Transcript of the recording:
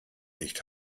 nicht